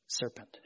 serpent